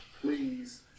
please